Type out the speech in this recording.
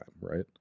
right